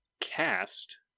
cast